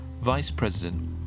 vice-president